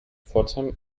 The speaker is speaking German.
pforzheim